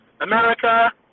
America